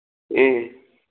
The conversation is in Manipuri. ꯎꯝ